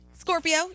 Scorpio